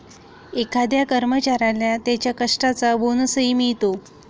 एखाद्या कर्मचाऱ्याला त्याच्या कष्टाचा बोनसही मिळतो